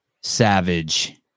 Savage